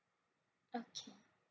okay